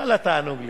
ואללה, תענוג לי.